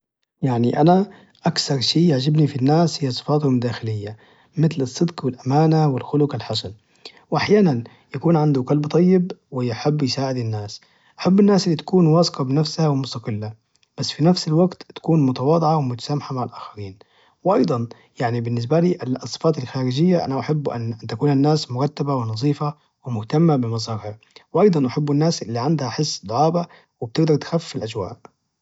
يعني أنا أكثر شي يعجبني في الناس هي صفاتهم الداخلية متل الصدق والأمانة والخلق الحسن وأحيانا يكون عنده قلب طيب ويحب أن يساعد الناس حب الناس اللي بتكون واثقة في نفسها ومستقلة بس في نفس الوقت تكون متواضعة ومتسامحة مع الآخرين وأيضا يعني بالنسبالي الصفات الخارجية أنا أحب أن تكون الناس مرتبة ونظيفة ومهتمة بمظهرها وأيضا أحب الناس اللي عندها حس الدعابة وبتقدر تخفف الأجواء